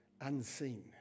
Unseen